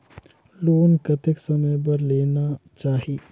Loan कतेक समय बर लेना चाही?